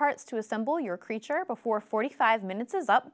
parts to assemble your creature before forty five minutes is up